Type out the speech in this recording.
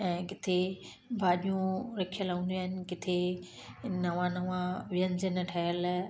ऐं किथे भाॼियूं रखियल हूंदियूं आहिनि किथे नवां नवां व्यंजन ठहियल